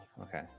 okay